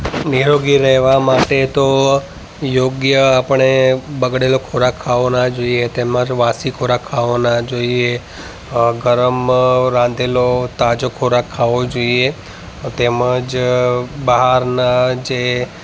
નીરોગી રહેવા માટે તો યોગ્ય આપણે બગડેલો ખોરાક ખાવો ના જોઈએ તેમજ વાસી ખોરાક ખાવો ના જોઈએ ગરમ રાંધેલો તાજો ખોરાક ખાવો જોઈએ તેમજ બહારના જે